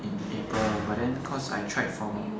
in april but then cause I tried for